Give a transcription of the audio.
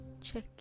Check